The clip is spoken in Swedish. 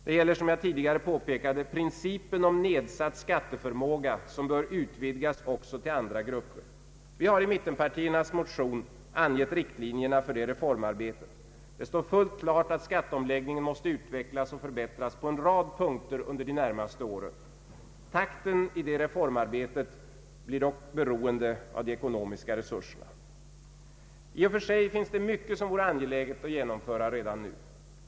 Det gäller, som jag tidigare påpekat, att principen om nedsatt skatteförmåga bör utvidgas också till andra grupper. Vi har i mittenpartiernas motion angett riktlinjerna för det reformarbetet. Det står fullt klart att skatteomläggningen måste utvecklas och förbättras på en rad punkter under de närmaste åren. Takten i reformarbetet blir dock beroende av de ekonomiska resurserna. I och för sig finns det mycket som vore angeläget att genomföra redan nu.